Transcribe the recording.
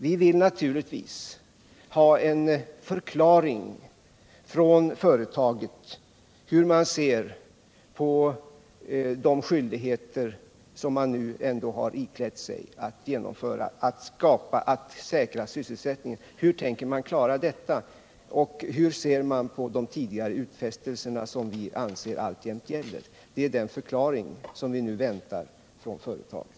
Vi vill ha ett besked från företaget om hur man ser på de skyldigheter man har iklätt sig när det gäller att säkra sysselsätt verk att bibehålla sysselsättningen vid ningen, hur man tänker klara detta och hur man ser på de tidigare utfästelserna, som vi anser alltjämt gäller. Det är den förklaringen vi nu väntar på från företaget.